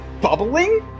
bubbling